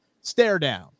stare-down